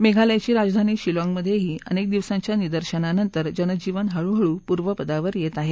मेघालयाची राजधानी शिलाँगमध्येही अनेक दिवसांच्या निदर्शनानंतर जनजीवन हळूहळू पूर्वपदावर येत आहे